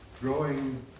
growing